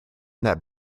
that